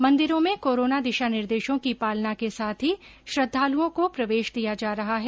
मंदिरों में कोरोना दिशा निर्देशों की पालना के साथ ही श्रद्दालुओं को प्रवेश दिया जा रहा है